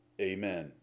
Amen